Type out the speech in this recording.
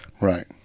Right